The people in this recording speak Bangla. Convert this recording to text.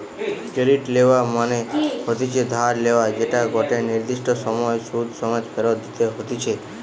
ক্রেডিট লেওয়া মনে হতিছে ধার লেয়া যেটা গটে নির্দিষ্ট সময় সুধ সমেত ফেরত দিতে হতিছে